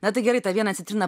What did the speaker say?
na tai gerai tą vieną citriną